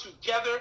together